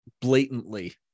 blatantly